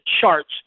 charts